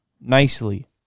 nicely